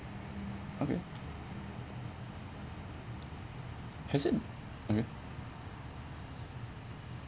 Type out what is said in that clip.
okay has it okay